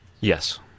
Yes